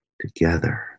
together